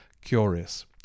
curious